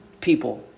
people